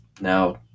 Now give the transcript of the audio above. now